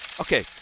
Okay